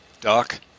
doc